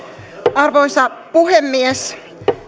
arvoisa puhemies